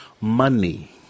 money